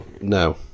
No